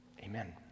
amen